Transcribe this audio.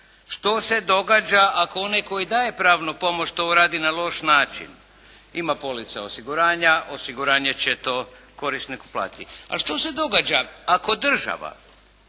Što se događa ako onaj koji daje pravnu pomoć to radi na loš način? Ima polica osiguranja, osiguranje će to korisnik plati. A što se događa ako država